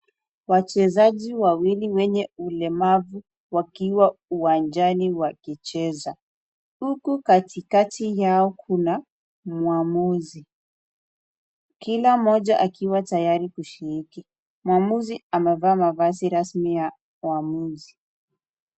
Wachezaji wawili wenye ulemavu wakiwa uwanjani wakicheza. Huku katikati yao kuna muamuzi. kila mmoja akiwa tayari kushiriki. Muamuzi amevaa mavazi rasmi ya uamuzi.